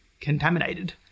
contaminated